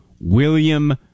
William